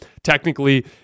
Technically